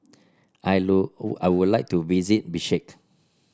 I I would like to visit Bishkek